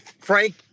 Frank